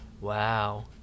Wow